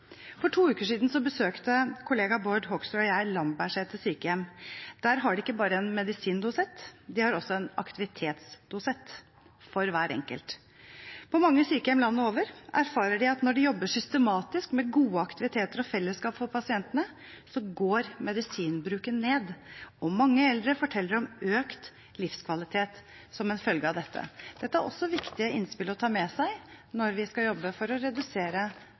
Der har de ikke bare en medisindosett, de har også en aktivitetsdosett for hver enkelt. På mange sykehjem landet rundt erfarer man at når man jobber systematisk med gode aktiviteter og fellesskap for pasientene, går medisinbruken ned, og mange eldre forteller om økt livskvalitet som følge av dette. Dette er også viktige innspill å ta med seg når vi skal jobbe for å redusere